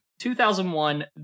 2001